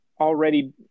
already